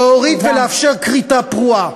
להוריד ולאפשר כריתה פרועה.